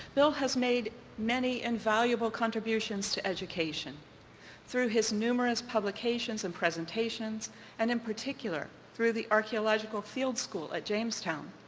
bill has made many invaluable contributions to education through his numerous publications and presentations and in particular through the archaeological field school at jamestown.